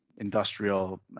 industrial